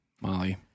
Molly